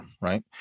right